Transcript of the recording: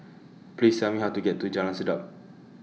Please Tell Me How to get to Jalan Sedap